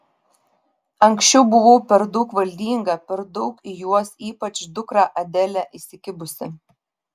anksčiau buvau per daug valdinga per daug į juos ypač dukrą adelę įsikibusi